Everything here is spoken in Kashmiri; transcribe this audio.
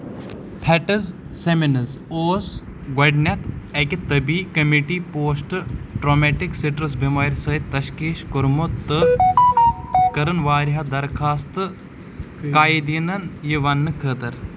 فٹزسیمنز اوس گۄڈٕنیتھ أکہِ طِبی کمٹی پوسٹ ٹرامیٹک سٹریس بٮ۪مارِ سۭتۍ تشخیٖص کوٚرمُت تہٕ کٔرٕنۍ واریاہ دَرخاست قایدیٖنن یہِ وننہٕ خٲطرٕ